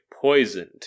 poisoned